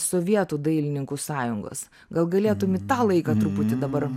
sovietų dailininkų sąjungos gal galėtum į tą laiką truputį dabar